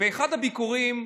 באחד הביקורים,